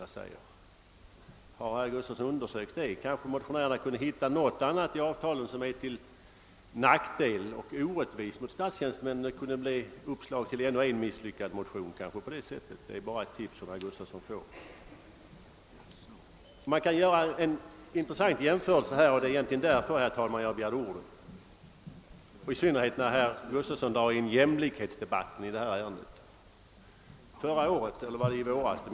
Har herr Gustavsson undersökt detta? Motionärerna kunde kanske hitta något annat i avtalet som är till nackdel för och orättvist mot statstjänstemännen, så att det blir uppslag till ännu en misslyckad motion. Detta är bara ett tips som jag vill ge herr Gustavsson. Herr Gustavsson drog också in jämlikhetsfrågorna, och där vill jag göra en intressant jämförelse.